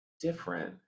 different